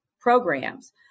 programs